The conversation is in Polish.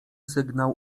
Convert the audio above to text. sygnał